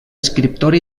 escriptor